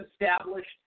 established